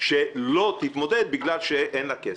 שלא תתמודד בגלל שאין לה כסף.